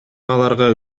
аларга